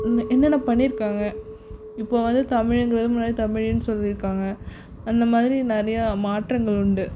என்ன என்னென்ன பண்ணியிருக்காங்க இப்போ வந்து தமிழ்ங்கிறது முன்னாடி தமிழ்னு சொல்லியிருக்காங்க அந்த மாதிரி நிறைய மாற்றங்கள் உண்டு